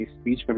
speech